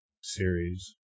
series